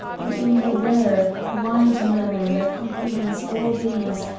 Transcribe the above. but in the rare, wide manner that comprehends all these,